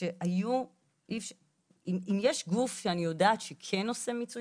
שאם יש גוף שאני יודעת שכן עושה מיצוי